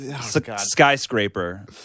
skyscraper